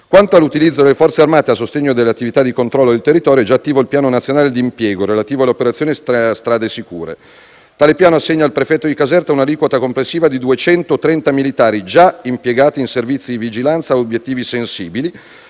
Quanto all'utilizzo delle Forze armate a sostegno delle attività di controllo del territorio, è già attivo il piano nazionale di impiego relativo all'operazione Strade sicure. Tale piano assegna al prefetto di Caserta un'aliquota complessiva di 230 militari, già impiegati in servizi di vigilanza a obiettivi sensibili,